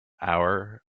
hour